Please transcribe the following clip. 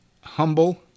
humble